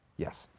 yes.